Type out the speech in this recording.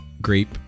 grape